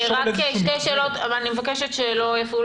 רק שתי שאלות, אבל אני מבקשת שלא יפריעו.